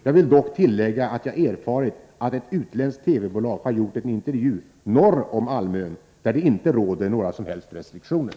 Jag vill dock tillägga att jag erfarit att ett utländskt TV-bolag har gjort en intervju norr om Almön, där det inte råder några som helst restriktioner.